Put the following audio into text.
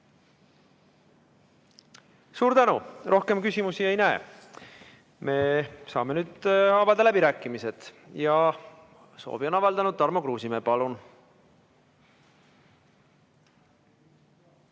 Suur tänu! Rohkem küsimusi ma ei näe. Me saame nüüd avada läbirääkimised ja soovi on avaldanud Tarmo Kruusimäe. Palun!